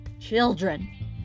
children